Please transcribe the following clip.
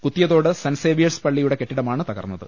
കുത്തിയതോട് സെന്റ് സേവ്യേഴ്സ് പള്ളിയുടെ കെട്ടിട മാണ് തകർന്നത്